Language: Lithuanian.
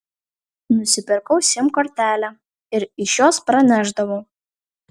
nusipirkau sim kortelę ir iš jos pranešdavau